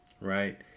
right